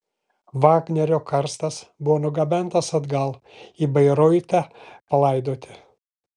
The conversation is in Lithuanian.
vagnerio karstas buvo nugabentas atgal į bairoitą palaidoti